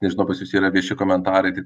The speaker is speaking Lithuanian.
nežinonau pas jus yra vieši komentarai tai